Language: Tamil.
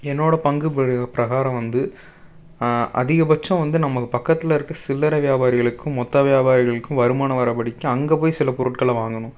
என்னோட பங்கு பிரகாரம் வந்து அதிகபட்சம் வந்து நமக்கு பக்கத்தில் இருக்கற சில்லறை வியாபாரிகளுக்கும் மொத்த வியாபாரிகளுக்கும் வருமானம் வரபடிக்கு அங்கே போய் சில பொருட்களை வாங்கணும்